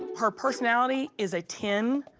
her personality is a ten.